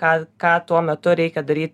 ką ką tuo metu reikia daryt